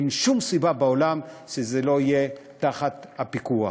אין שום סיבה בעולם שזה לא יהיה תחת פיקוח.